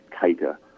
cater